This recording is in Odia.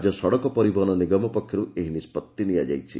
ରାଜ୍ୟ ସଡ଼କ ପରିବହନ ନିଗମ ପକ୍ଷରୁ ଏହି ନିଷ୍ବଉ ନିଆଯାଇଛି